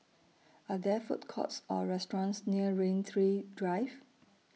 Are There Food Courts Or restaurants near Rain Tree Drive